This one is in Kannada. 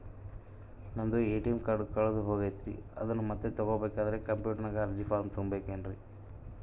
ನಂದು ಎ.ಟಿ.ಎಂ ಕಾರ್ಡ್ ಕಳೆದು ಹೋಗೈತ್ರಿ ಅದನ್ನು ಮತ್ತೆ ತಗೋಬೇಕಾದರೆ ಕಂಪ್ಯೂಟರ್ ನಾಗ ಅರ್ಜಿ ಫಾರಂ ತುಂಬಬೇಕನ್ರಿ?